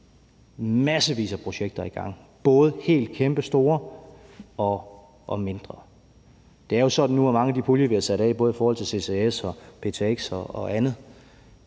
massevis af projekter i gang, både helt kæmpestore og mindre. Det er jo sådan med mange af de puljer, vi havde sat af, både i forhold til CCS og ptx og andet,